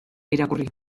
irakurri